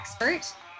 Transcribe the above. expert